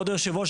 כבוד היושב-ראש,